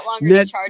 net